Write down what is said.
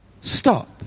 Stop